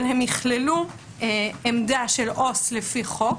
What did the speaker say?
אבל הם יכללו עמדה של עובד סוציאלי לפי חוק,